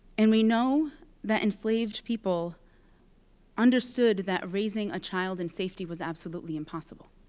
and we know that enslaved people understood that raising a child in safety was absolutely impossible.